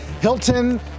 Hilton